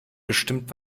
bestimmt